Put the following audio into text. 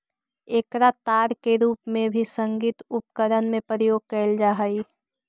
एकरा तार के रूप में भी संगीत उपकरण में प्रयोग कैल जा हई